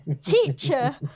teacher